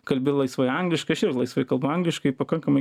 kalbi laisvai angliškai aš ir laisvai kalbu angliškai pakankamai